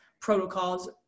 protocols